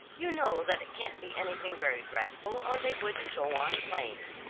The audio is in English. you know that it can't be anything very dreadful, or they wouldn't go on playing.